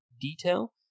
detail